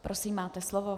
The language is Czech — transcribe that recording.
Prosím, máte slovo.